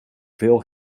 veel